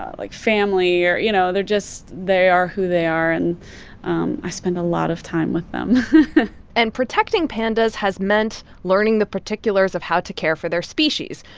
ah like, family or you know, they're just they are who they are, and i spend a lot of time with them and protecting pandas has meant learning the particulars of how to care for their species.